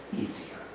easier